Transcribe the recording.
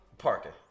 Parking